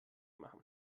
machen